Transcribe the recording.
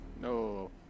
No